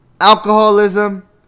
alcoholism